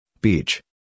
beach